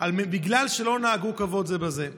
בגלל שלא נהגו כבוד זה בזה.